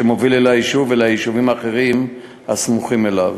שמוביל אל היישוב ואל היישובים האחרים הסמוכים אליו,